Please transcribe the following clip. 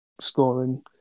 scoring